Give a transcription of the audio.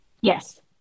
Yes